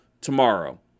tomorrow